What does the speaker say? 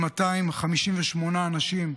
עם 258 אנשים,